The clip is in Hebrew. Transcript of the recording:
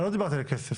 לא דיברתי על כסף.